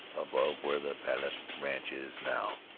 above where the palette ranch is now.